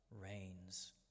reigns